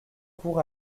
court